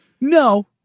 no